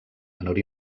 menor